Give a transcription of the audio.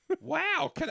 Wow